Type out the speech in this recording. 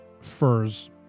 furs